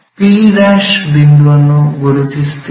p' ಬಿಂದುವನ್ನು ಗುರುತಿಸುತ್ತೇವೆ